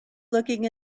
looking